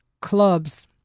clubs